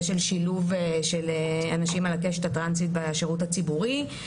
של שילוב של אנשים על הקשת הטרנסית בשירות הציבורי.